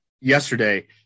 yesterday